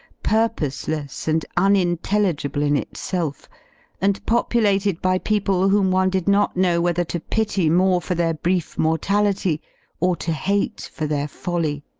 pur poseless and unintelligible in itself and populated by people whom one did not know whether to pity more for their brief mortality or to hate for their folly.